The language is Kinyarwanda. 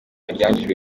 ibyangijwe